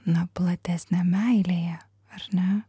na platesnę meilėje ar ne